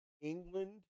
England